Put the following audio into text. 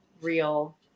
real